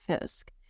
Fisk